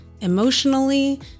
emotionally